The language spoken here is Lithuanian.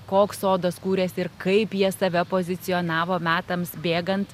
koks sodas kūrėsi ir kaip jie save pozicionavo metams bėgant